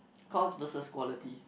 cost versus quality